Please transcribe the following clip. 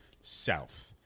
South